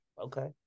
Okay